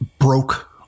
broke